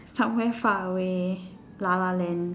somewhere far away lah lah land